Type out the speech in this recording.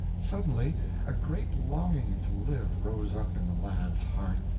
suddenly a great longing to live rose up in the lad's heart,